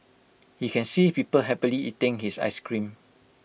he can see people happily eating his Ice Cream